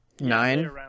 Nine